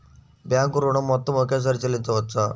Bank ఋణం మొత్తము ఒకేసారి చెల్లించవచ్చా?